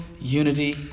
unity